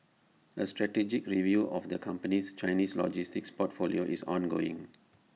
A strategic review of the company's Chinese logistics portfolio is ongoing